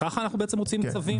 כך אנחנו בעצם מוציאים צווים.